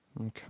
Okay